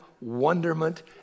wonderment